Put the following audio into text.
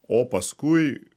o paskui